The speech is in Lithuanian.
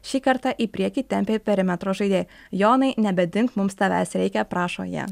šį kartą į priekį tempė perimetro žaidėjai jonai nebedink mums tavęs reikia prašo jie